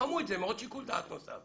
תתחמו את זה עם שיקול דעת נוסף,